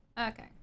okay